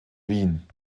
wien